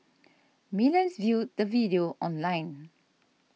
millions viewed the video online